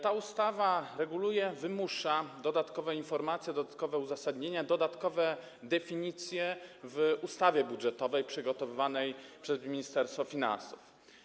Ta ustawa reguluje, wymusza dodatkowe informacje, dodatkowe uzasadnienia, dodatkowe definicje w ustawie budżetowej przygotowywanej przez Ministerstwo Finansów.